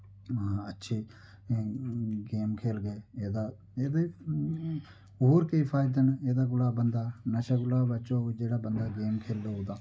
अच्छे गेम खेलगे एह्दे और केईं फायदे न एह्दे कोला बंदा नशे कोला बी बचग जेह्ड़ा बंदा गेम खेलग तां